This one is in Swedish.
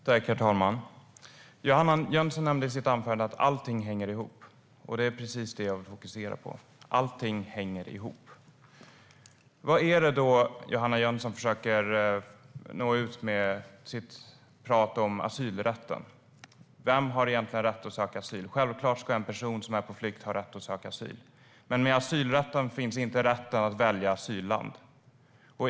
Herr talman! Johanna Jönsson nämnde i sitt anförande att allting hänger ihop. Det är precis det jag vill fokusera på: Allting hänger ihop. Vad är det då Johanna Jönsson försöker nå ut med i sitt prat om asylrätten? Vem har egentligen rätt att söka asyl? Självklart ska en person som är på flykt ha rätt att söka asyl. Men med asylrätten finns inte rätten att välja asylland.